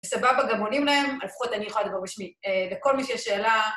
וסבבה, גם עונים להם, לפחות אני יכולה לדבר בשמי. לכל מי שיש שאלה...